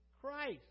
Christ